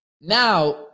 Now